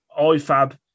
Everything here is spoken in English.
IFAB